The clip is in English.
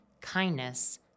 kindness